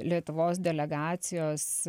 lietuvos delegacijos